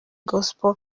gospel